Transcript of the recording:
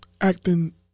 acting